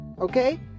Okay